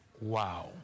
wow